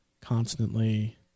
constantly